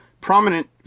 Prominent